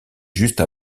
juste